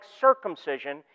circumcision